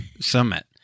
Summit